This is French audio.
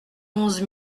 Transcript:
onze